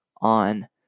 on